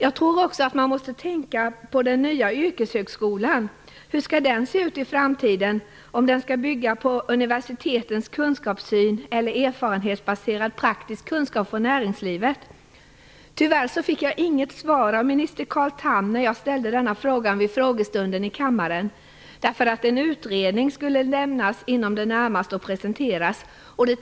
Jag tror också att man måste tänka på den nya yrkeshögskolan. Hur skall den se ut i framtiden? Skall den bygga på universitetens kunskapssyn eller på erfarenhetsbaserad praktisk kunskap från näringslivet? Tyvärr fick jag inget svar av minister Carl Tham när jag ställde den frågan vid frågestunden i kammaren. En utredning skulle nämligen presenteras inom kort.